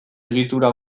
egitura